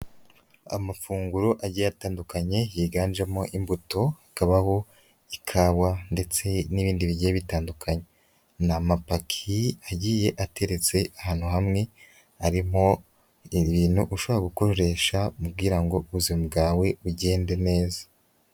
Amafunguro agiye atandukanye yiganjemo imbuto, hakabaho ikawa ndetse n'ibindi bigiye bitandukanye, ni amapaki agiye ateretse ahantu hamwe arimo ibintu ushobora gukoresha kugira ngo ubuzima bwawe bugende neza.